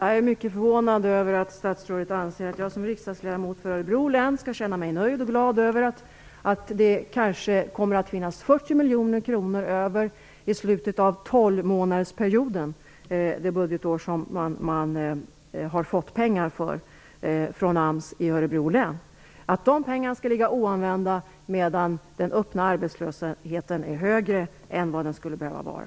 Herr talman! Jag är mycket förvånad över att statsrådet anser att jag som riksdagsledamot för Örebro län skall känna mig nöjd och glad över att det kanske kommer att finnas 40 miljoner kronor kvar i slutet av tolvmånadersperioden det budgetår som man har fått pengar för från AMS i Örebro län, dvs. att dessa pengar skall ligga oanvända medan den öppna arbetslösheten är högre än vad den skulle behöva vara.